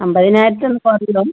അമ്പതിനായിരത്തിന്